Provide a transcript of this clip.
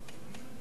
יובל?